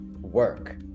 work